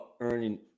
earning